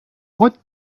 what